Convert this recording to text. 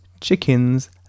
chickens